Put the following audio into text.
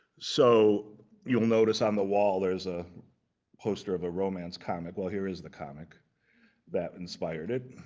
so you'll notice on the wall, there's a poster of a romance comic. well, here is the comic that inspired it,